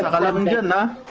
and hundred hundred and